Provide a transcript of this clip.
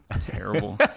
terrible